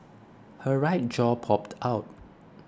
her right jaw popped out